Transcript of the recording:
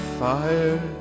fire